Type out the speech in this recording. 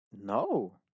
no